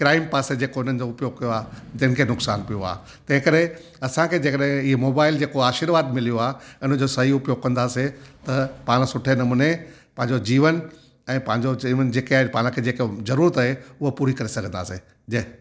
crime पासे जेको उन्हनि जो उपयोगु कयो आहे जिनखे नुकसानु पियो आहे तंहिं करे असांखे जेकॾहिं हीअ मोबाइल जेको आशीर्वाद मिलियो आहे इनजो सही उपयोगु कंदासीं त पाण सुठे नमूने पंहिंजो जीवन ऐं पंहिंजो जीवन जेके आहे पाण खे जेके ज़रूअत आहे उहो पूरो करी सघंदासीं जय